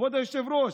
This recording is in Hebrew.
כבוד היושב-ראש,